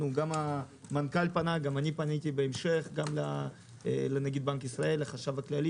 גם המנכ"ל וגם אני פנינו לנגיד בנק ישראל ולחשב הכללי,